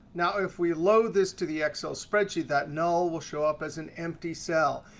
now if we load this to the excel spreadsheet, that null will show up as an empty cell.